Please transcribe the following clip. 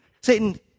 Satan